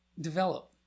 develop